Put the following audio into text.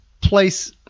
place